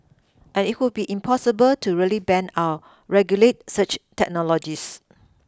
and it would be impossible to really ban or regulate such technologies